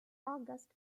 august